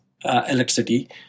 electricity